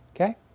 Okay